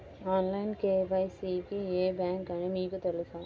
Online KYC కి ఏ bank అని మీకు తెలుసా?